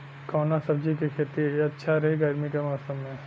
कवना सब्जी के खेती अच्छा रही गर्मी के मौसम में?